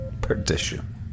perdition